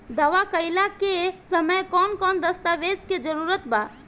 दावा कईला के समय कौन कौन दस्तावेज़ के जरूरत बा?